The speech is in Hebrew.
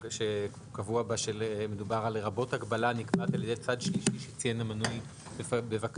שקבוע בה: "לרבות הגבלה הנקבעת על ידי צד שלישי שציין המנוי בבקשתו".